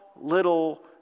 little